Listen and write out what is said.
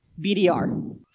bdr